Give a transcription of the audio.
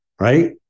right